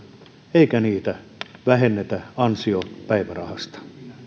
eikä niitä vähennetä ansiopäivärahasta